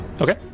okay